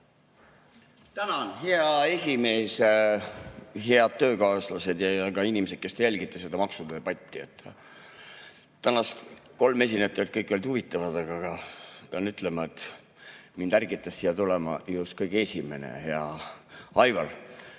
Tänan, hea esimees! Head töökaaslased ja ka muud inimesed, kes te jälgite seda maksudebatti! Tänased kolm esinejat olid kõik huvitavad, aga pean ütlema, et mind ärgitas siia tulema just kõige esimene, hea Aivar.